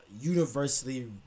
universally